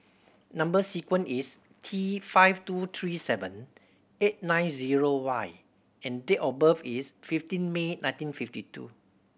number sequence is T five two three seven eight nine zero Y and date of birth is fifteen May nineteen fifty two